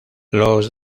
los